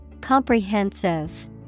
comprehensive